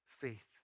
faith